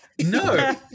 No